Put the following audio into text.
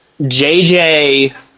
JJ